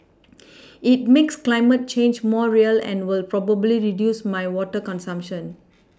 it makes climate change more real and will probably reduce my water consumption